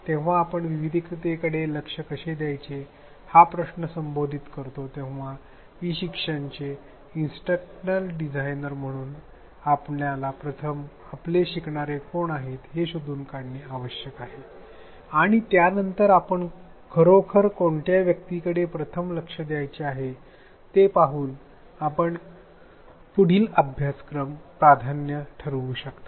जेव्हा आपण विविधतेकडे कसे लक्ष द्यायचे हा प्रश्न संबोधित करतो तेव्हा ई शिक्षण चे इन्सट्रक्शनल डिझाइनर म्हणून आपल्याला प्रथम आपले शिकणारे कोण आहेत हे शोधून काढणे आवश्यक आहे आणि त्यानंतर आपण खरोखर कोणत्या व्यक्तीकडे प्रथम लक्ष द्यायचे आहे ते पाहून नंतर आपण पुढील प्राधान्यक्रम ठरवू शकता